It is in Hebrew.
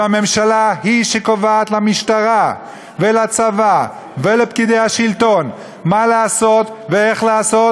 והממשלה היא שקובעת למשטרה ולצבא ולפקידי השלטון מה לעשות ואיך לעשות,